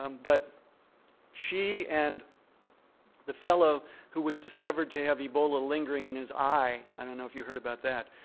um but she and the fellow who was discovered to have ebola lingering in his eye, i don't know if you heard about that,